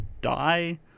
die